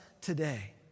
today